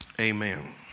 Amen